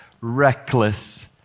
Reckless